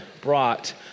brought